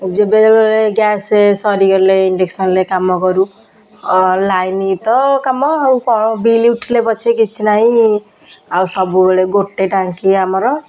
ଯେତେବେଳେ ଗ୍ୟାସ୍ ସରିଗଲେ ଇଣ୍ଡକ୍ସନ୍ରେ କାମ କରୁ ଲାଇନ୍ ତ କାମ ଆଉ କଣ ବିଲ୍ ଉଠିଲେ ପଛେ କିଛି ନାହିଁ ଆଉ ସବୁବେଳେ ଗୋଟେ ଟାଙ୍କି ଆମର